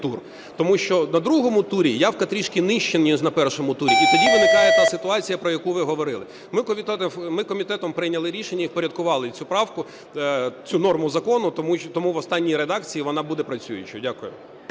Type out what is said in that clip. Тому що на другому турі явка трішки нижча, ніж на першому турі. І тоді виникає та ситуація, про яку ви говорили. Ми комітетом прийняли рішення і впорядкували цю норму закону, тому в останній редакції вона буде працюючою. Дякую.